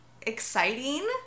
exciting